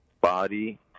body